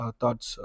thoughts